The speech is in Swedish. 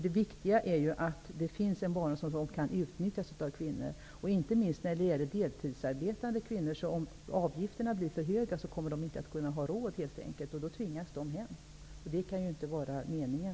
Det viktiga är att det finns en barnomsorg som kan utnyttjas av kvinnor. Inte minst gäller detta för deltidsarbetande kvinnor. Om avgifterna blir för höga kommer de helt enkelt inte att ha råd. Då tvingas de hem. Det kan inte vara meningen.